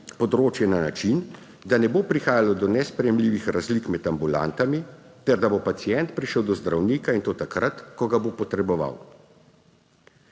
področje na način, da ne bo prihajalo do nesprejemljivih razlik med ambulantami ter da bo pacient prišel do zdravnika, in to takrat, ko ga bo potreboval.